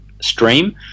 stream